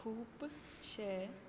खूब शे